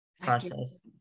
process